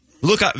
Look